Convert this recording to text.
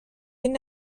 این